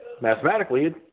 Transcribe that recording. mathematically